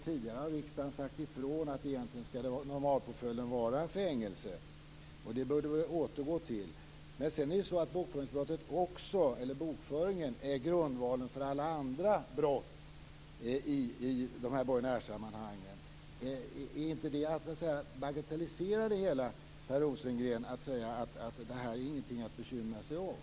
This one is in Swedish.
Tidigare har riksdagen sagt ifrån att egentligen ska normalpåföljden vara fängelse, och det bör det väl återgå till. Men sedan är bokföringen också grundvalen för alla andra brott i borgenärssammanhang. Är det inte att bagatellisera det hela, Per Rosengren, om man säger att det här inte är någonting att bekymra sig om?